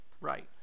Right